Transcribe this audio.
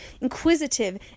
inquisitive